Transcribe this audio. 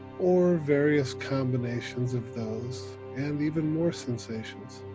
or various combinations of those and even more sensations.